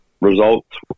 results